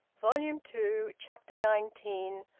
volume two, chapter nineteen.